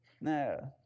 No